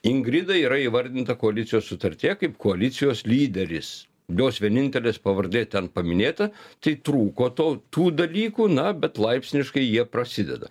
ingrida yra įvardinta koalicijos sutartyje kaip koalicijos lyderis jos vienintelės pavardė ten paminėta tai trūko to tų dalykų na bet laipsniškai jie prasideda